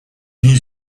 his